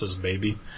baby